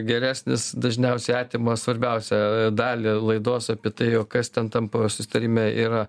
geresnis dažniausiai atima svarbiausią dalį laidos apie tai o kas ten tampa tarime yra